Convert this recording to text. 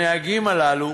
הנהגים הללו